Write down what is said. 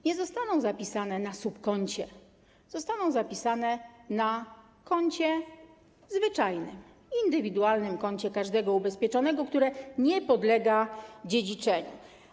Nie zostaną zapisane na subkoncie, zostaną zapisane na zwyczajnym koncie, indywidualnym koncie każdego ubezpieczonego, które nie podlega dziedziczeniu.